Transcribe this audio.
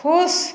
खुश